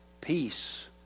peace